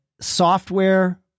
software